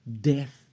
death